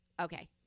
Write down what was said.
Okay